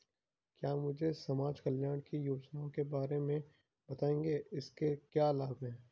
क्या मुझे समाज कल्याण की योजनाओं के बारे में बताएँगे इसके क्या लाभ हैं?